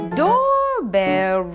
doorbell